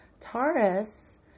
Taurus